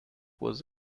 was